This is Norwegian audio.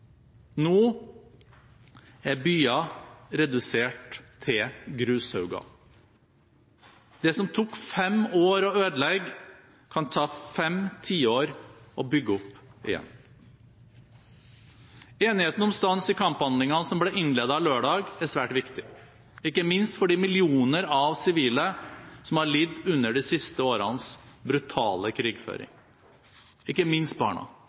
Nå er byer redusert til grushauger. Det som tok fem år å ødelegge, kan ta fem tiår å bygge opp igjen. Enigheten om stans i kamphandlingene som ble innledet lørdag, er svært viktig, ikke minst for de millioner av sivile som har lidd under de siste årenes brutale krigføring – ikke minst barna.